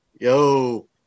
Yo